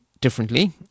differently